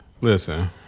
Listen